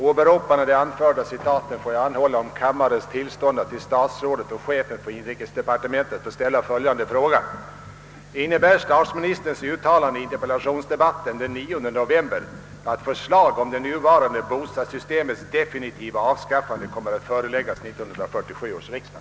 Åberopande det anförda får jag anhålla om kammarens tillstånd att till statsrådet och chefen för inrikesdepartementet få ställa följande fråga: Innebär statsministerns uttalande i interpellationsdebatten den 9 november att förslag om det nuvarande bostadssystemets definitiva avskaffande kommer att föreläggas 1967 års riksdag?